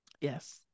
Yes